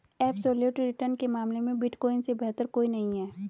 absolute return के मामले में बिटकॉइन से बेहतर कोई नहीं है